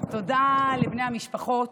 תודה לבני המשפחות,